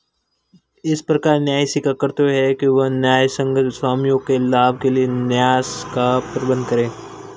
इस प्रकार न्यासी का कर्तव्य है कि वह न्यायसंगत स्वामियों के लाभ के लिए न्यास का प्रबंधन करे